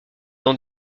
dans